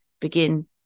begin